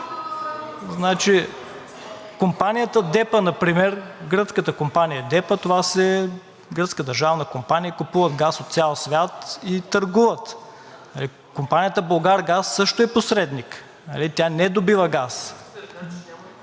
Компанията ДЕПА например, гръцката компания ДЕПА, това е гръцка държавна компания. Купуват газ от цял свят и търгуват. Компанията „Булгаргаз“ също е посредник. Тя не добива газ…